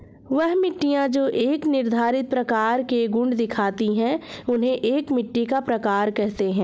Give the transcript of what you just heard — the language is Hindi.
वह मिट्टियाँ जो एक निर्धारित प्रकार के गुण दिखाती है उन्हें एक मिट्टी का प्रकार कहते हैं